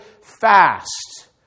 fast